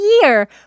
year